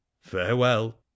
farewell